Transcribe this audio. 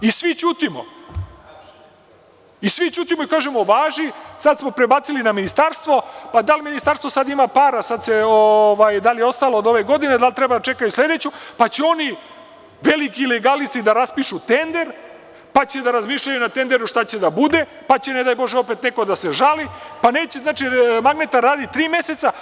I svi ćutimo, i svi ćutimo i kažemo – važi, sad smo prebacili na ministarstvo, pa da li ministarstvo sada ima para, da li je ostalo od ove godine, da li treba da čekaju sledeću, pa će oni veliki legalisti da raspišu tender, pa će da razmišljaju na tenderu šta će da bude, pa će ne daj Bože opet neko da se žali, pa neće magnetna raditi tri meseca.